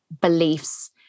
beliefs